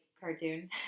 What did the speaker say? cartoon